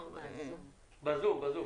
בזום.